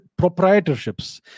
proprietorships